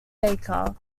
baker